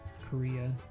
Korea